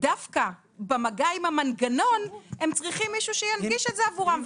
דווקא במגע עם המנגנון הם צריכים מישהו שינגיש את זה עבורם,